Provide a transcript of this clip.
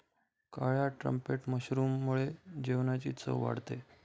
काळ्या ट्रम्पेट मशरूममुळे जेवणाची चव वाढते